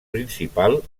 principal